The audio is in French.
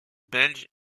belge